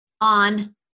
on